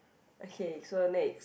okay so next